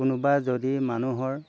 কোনোবা যদি মানুহৰ